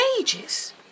ages